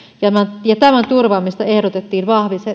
tämän turvaamista ehdotettiin